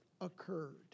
occurred